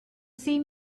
see